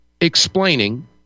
explaining